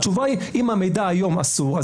התשובה היא שאם המידע היום אסור,